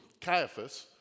Caiaphas